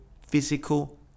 physical